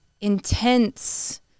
intense